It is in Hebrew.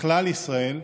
לכלל ישראל,